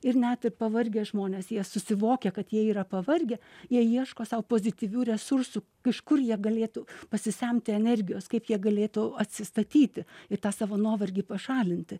ir net ir pavargę žmonės jie susivokia kad jie yra pavargę jie ieško sau pozityvių resursų iš kur jie galėtų pasisemti energijos kaip jie galėtų atsistatyti ir tą savo nuovargį pašalinti